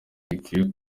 gikwiye